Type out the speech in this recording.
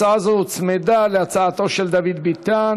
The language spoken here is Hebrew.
הצעה זו הוצמדה להצעתו של דוד ביטן.